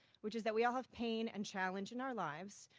which is that we all have pain and challenge in our lives,